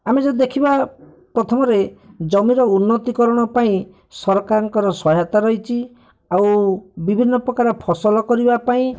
ଆମେ ଯଦି ଦେଖିବା ପ୍ରଥମରେ ଜମିର ଉନ୍ନତିକରଣ ପାଇଁ ସରକାରଙ୍କର ସହାୟତା ରହିଛି ଆଉ ବିଭିନ୍ନ ପ୍ରକାର ଫସଲ କରିବା ପାଇଁ